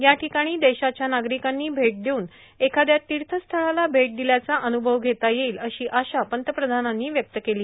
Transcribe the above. याठिकाणी देशाच्या नागरिकांनी भेट देऊन एखादया तीर्थ स्थळाला भेट दिल्याचा अन्भ घेता येईल अशी आशा पंतप्रधानांनी व्यक्त केली